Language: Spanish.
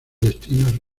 destinos